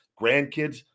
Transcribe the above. grandkids